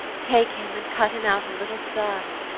take him and cut him out in little stars,